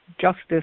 justice